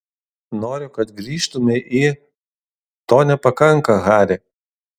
noriu kad grįžtumei į to nepakanka hari